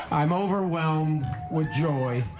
i'm overwhelmed with joy.